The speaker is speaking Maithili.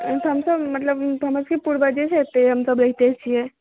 हमसभ मतलब तऽ हमरसभके पूर्वजेसँ एतहि हमसभ रहिते छियै